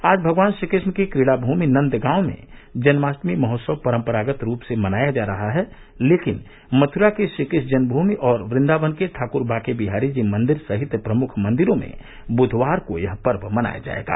आज भगवान श्री कृष्ण की क्रीड़ा भूमि नंदगांव में जन्माष्टमी महोत्सव परंपरागत रूप से मनाया जा रहा है लेकिन मथुरा की श्रीकृष्ण जन्मभूमि और वृन्दावन के ठाक्र बांके बिहारीजी मंदिर सहित प्रमुख मंदिरों में बुधवार को यह पर्व मनाया जायेगा